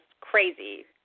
crazy